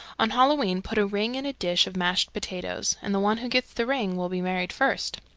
on halloween put a ring in a dish of mashed potatoes, and the one who gets the ring will be married first.